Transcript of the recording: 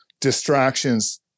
distractions